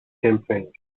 campaign